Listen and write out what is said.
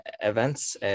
events